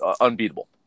unbeatable